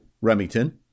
Remington